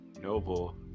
Noble